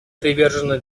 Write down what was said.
привержена